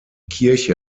kirche